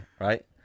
right